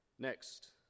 Next